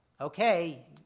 okay